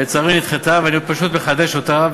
ואני פשוט מחדש אותה.